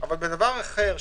אבל בדבר אחר,